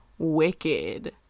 Wicked